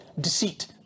deceit